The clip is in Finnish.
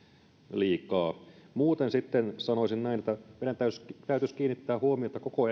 liikaa muuten sitten sanoisin näin että meidän täytyisi kiinnittää huomiota koko